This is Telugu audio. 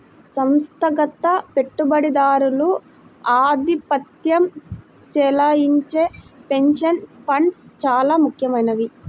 సంస్థాగత పెట్టుబడిదారులు ఆధిపత్యం చెలాయించే పెన్షన్ ఫండ్స్ చాలా ముఖ్యమైనవి